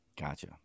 gotcha